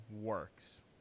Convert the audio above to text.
works